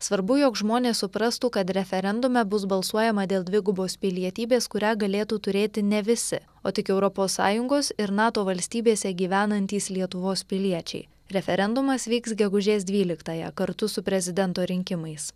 svarbu jog žmonės suprastų kad referendume bus balsuojama dėl dvigubos pilietybės kurią galėtų turėti ne visi o tik europos sąjungos ir nato valstybėse gyvenantys lietuvos piliečiai referendumas vyks gegužės dvyliktąją kartu su prezidento rinkimais